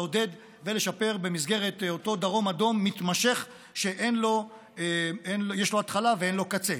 לעודד ולשפר במסגרת אותו דרום אדום מתמשך שיש לו התחלה ואין לו קצה.